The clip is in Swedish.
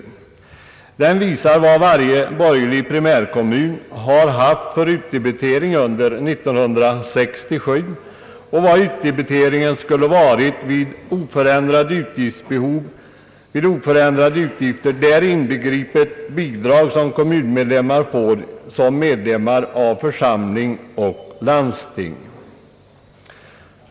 Den visar vad varje borgerlig primärkommun har haft för utdebitering under 1967 och vad utdebiteringen skulle ha varit vid oförändrade utgiftsbehov, däri inbegripet belopp som kommunmedlemmar får betala som medlemmar av församlingar och landsting.